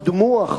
למיטב ידיעתי,